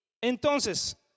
Entonces